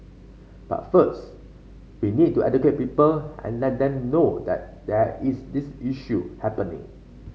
but first we need to educate people and let them know that there is this issue happening